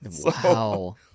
Wow